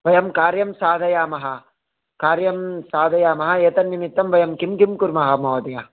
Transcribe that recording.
वयं कार्यं साधयामः कार्यं साधयामः एतन्निमित्तं वयं किं किं कुर्मः महोदय